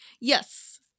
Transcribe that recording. Yes